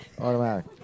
Automatic